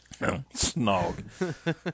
Snog